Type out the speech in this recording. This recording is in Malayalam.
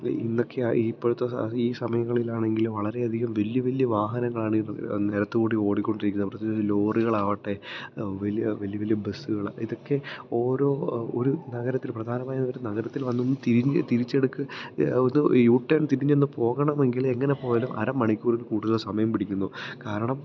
ഈ ഇന്നെക്കെയാ ഈ ഇപ്പോഴത്തെ സാഹ ഈ സമയങ്ങളിലാണെങ്കില് വളരെയധികം വലിയ വലിയ വാഹനങ്ങളാണിന്ന് നിരത്തിൽ കൂടി ഓടിക്കൊണ്ടിരിക്കുന്നത് പ്രത്യേകിച്ച് ലോറികളാവട്ടെ വലിയ വലിയ വലിയ ബസ്സുകള് ഇതൊക്കെ ഓരോ ഒര് നഗരത്തില് പ്രധാനമായൊരു നഗരത്തില് വന്നൊന്ന് തിരിഞ്ഞ് തിരിച്ചെട്ക്ക് ഒന്ന് യൂട്ടേണ് തിരിഞ്ഞൊന്ന് പോകണമെങ്കില് എങ്ങനെ പോയാലും അര മണിക്കൂറില് കൂടുതല് സമയം പിടിക്കുന്നു കാരണം